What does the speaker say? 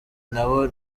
nabo